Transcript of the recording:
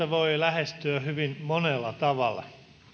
voi lähestyä hyvin monella tavalla